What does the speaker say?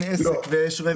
אתה אחד מאין סוף משקיעים,